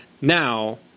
Now